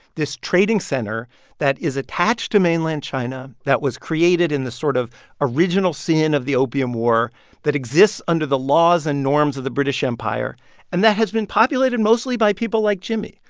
this trading center that is attached to mainland china that was created in the sort of original sin of the opium war that exists under the laws and norms of the british empire and that has been populated mostly by people like jimmy,